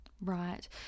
right